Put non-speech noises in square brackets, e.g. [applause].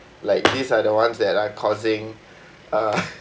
like these are the ones that are causing uh [noise]